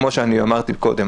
כמו שאמרתי מקודם.